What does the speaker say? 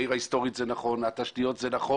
העיר ההיסטורית - זה נכון, התשתיות זה נכון,